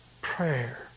prayer